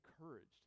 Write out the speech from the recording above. encouraged